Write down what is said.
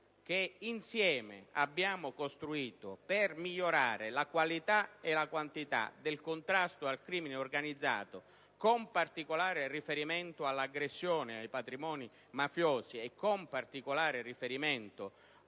che insieme abbiamo costruito per migliorare la qualità e quantità del contrasto al crimine organizzato, con particolare riferimento all'aggressione ai patrimoni mafiosi e al riciclaggio del denaro